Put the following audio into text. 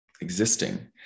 existing